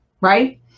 Right